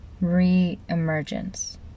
Re-emergence